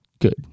Good